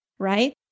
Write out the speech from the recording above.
Right